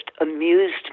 amused